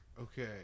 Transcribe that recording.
okay